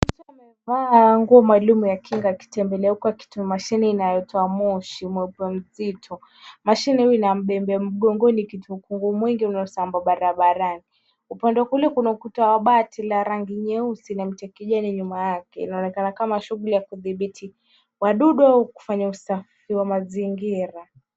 Mtu amevaa nguo maalum ya kinga akitembelea huku akitoa mashine inayotoa moshi mweupe mzito. Mashini hii ina mbebe mgongoni kichuku mwingi inayosambaa barabarani. Upande kule kuna ukuta wa bati la rangi nyeusi na mtekejeli nyuma yake. Inaonekana kama shughuli ya kudhibiti wadudu au kufanya usafi wa mazingira.